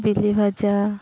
ᱵᱤᱞᱤ ᱵᱷᱟᱡᱟ